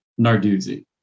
Narduzzi